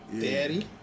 Daddy